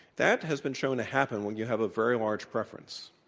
that has been shown to happen when you have a very large preference.